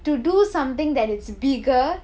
to do something that is bigger